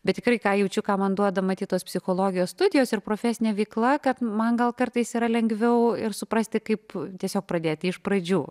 bet tikrai ką jaučiu ką man duoda matytos psichologijos studijos ir profesinė veikla kad man gal kartais yra lengviau ir suprasti kaip tiesiog pradėti iš pradžių